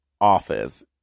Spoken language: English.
office